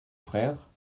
frère